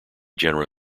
genera